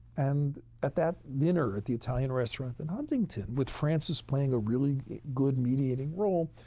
and at that dinner at the italian restaurant in huntington, with francis playing a really good mediating role,